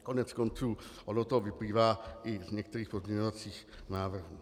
Koneckonců ono to vyplývá i z některých pozměňovacích návrhů.